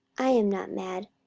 i am not mad,